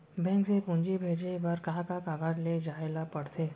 Bank से पूंजी भेजे बर का का कागज ले जाये ल पड़थे?